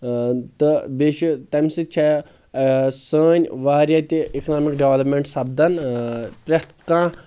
آ تہٕ بییٚہِ چھِ تمہِ سۭتۍ چھےٚ آ سٲنۍ واریاہ تہِ اِکنامِک ڈیولپمیٚنٹٕس سپدان پرٮ۪تھ کانٛہہ